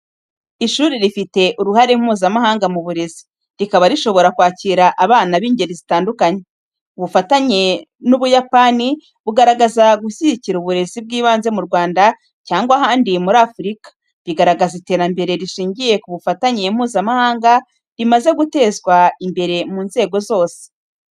Ishuri rifite uruhare Mpuzamahanga mu burezi, rikaba rishobora kwakira abana b’ingeri zitandukanye. Ubufatanye n'Ubuyapani bugaragaza gushyigikira uburezi bw’ibanze mu Rwanda cyangwa ahandi muri Afurika, bigaragaza iterambere rishingiye ku bufatanye Mpuzamahanga rimaze gutezwa imbere mu nzego zose.